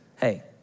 Hey